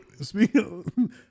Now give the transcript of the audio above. Speaking